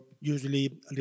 usually